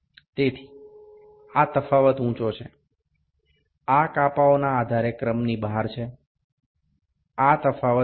તેથી આ તફાવત ઊંચો છે આ કાપાઓના આધારે ક્રમની બહાર છે આ તફાવત 0